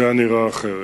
זה היה נראה אחרת.